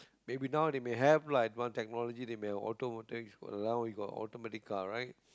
maybe now they may have lah advanced technology they may have automat~ for now we got automatic car right